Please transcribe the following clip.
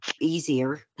easier